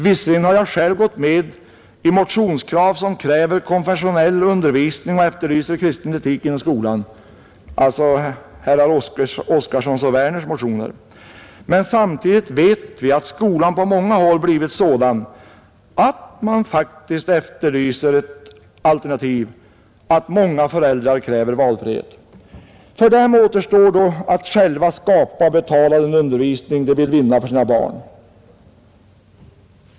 Visserligen har jag skrivit under motioner som kräver konfessionell undervisning och efterlyser kristen etik inom skolan, alltså herrar Oskarsons och Werners i Malmö motioner, men samtidigt vet vi att skolan på många håll blivit sådan att man faktiskt efterlyser ett alternativ, att många föräldrar kräver valfrihet. För dem återstår då att själva skapa och betala en undervisning de vill vinna för sina barn.